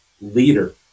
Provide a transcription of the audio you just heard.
leader